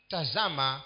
Tazama